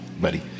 buddy